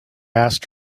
asked